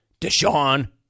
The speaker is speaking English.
Deshaun